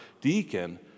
deacon